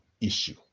issue